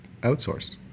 outsource